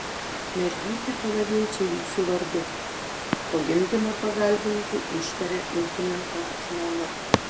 mergytę pavadinsiu jūsų vardu po gimdymo pagalbininkei ištarė ūkininko žmona